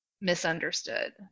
misunderstood